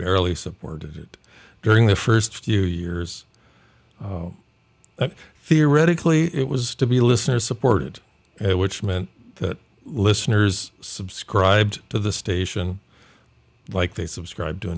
barely supported it during the first few years theoretically it was to be a listener supported it which meant that listeners subscribed to the station like they subscribe to a